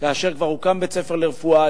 כאשר כבר הוקם בית-ספר לרפואה.